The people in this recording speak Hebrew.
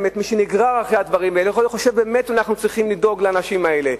מי שנגרר אחרי הדברים האלה חושב באמת שאנחנו צריכים לדאוג לאנשים האלה?